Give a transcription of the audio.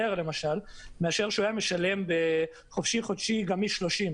למשל מאשר מה שהוא היה משלם בחופשי חודשי גמיש 30,